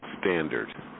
standard